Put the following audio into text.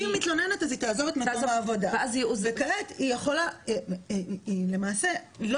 אם היא מתלוננת היא תעזוב את מקום העבודה וכעת היא למעשה לא